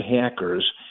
hackers